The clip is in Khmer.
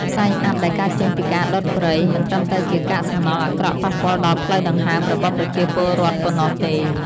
ផ្សែងអ័ព្ទដែលកើតចេញពីការដុតព្រៃ មិនត្រឹមតែជាកាកសំណល់អាក្រក់ប៉ះពាល់ដល់ផ្លូវដង្ហើមរបស់ប្រជាពលរដ្ឋប៉ុណ្ណោះទេ។